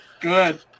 Good